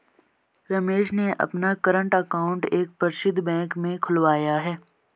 रमेश ने अपना current account एक प्रसिद्ध बैंक में खुलवाया है